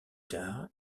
tard